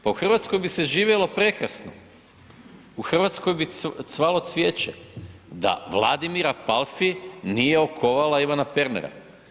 Pa u Hrvatskoj bi se živjelo prekrasno, u Hrvatskoj bi cvalo cvijeće da Vladimira Palfi nije okovala Ivana Pernara.